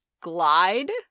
glide